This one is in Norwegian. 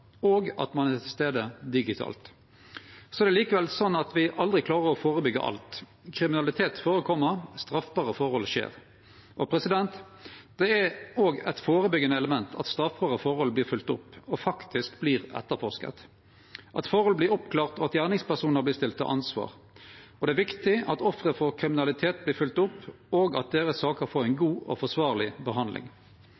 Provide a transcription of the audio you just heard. og at ein er til stades digitalt. Så klarer me likevel aldri å førebyggje alt. Kriminalitet førekjem, straffbare forhold skjer. Det er òg eit førebyggjande element at straffbare forhold vert følgde opp og faktisk vert etterforska, at forhold vert oppklarte, og at gjerningspersonar vert stilte til ansvar. Det er viktig at offer for kriminalitet vert følgde opp, og at sakene deira får